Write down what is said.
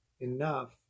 enough